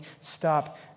stop